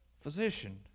physician